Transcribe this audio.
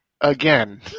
again